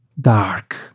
dark